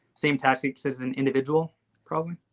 same tactics as an individual probably.